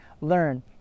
learn